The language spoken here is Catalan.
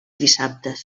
dissabtes